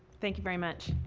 thank you very much.